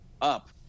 up